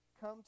come